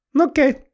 okay